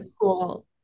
cool